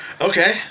Okay